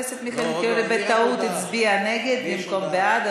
מלכיאלי בטעות הצביע נגד במקום בעד,